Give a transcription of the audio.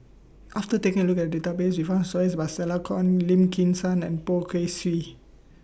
after taking A Look At Database We found stories about Stella Kon Lim Kim San and Poh Kay Swee